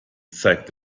zeigt